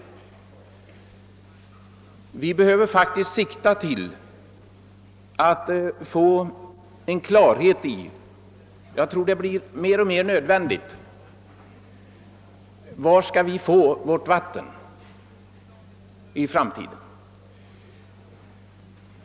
Jag tror att det blir mer och mer nödvändigt att vi siktar till att få klarhet i var vi skall få vårt vatten i framtiden.